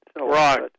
Right